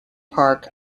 park